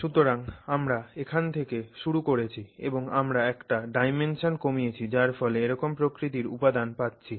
সুতরাং আমরা এখান থেকে শুরু করেছি এবং আমরা একটা ডাইমেনশন কমিয়েছি যার ফলে এরকম প্রকৃতির উপাদান পাচ্ছি